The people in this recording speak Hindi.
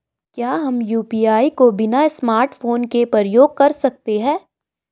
क्या हम यु.पी.आई को बिना स्मार्टफ़ोन के प्रयोग कर सकते हैं?